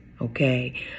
Okay